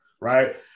Right